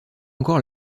encore